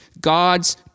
God's